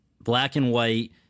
black-and-white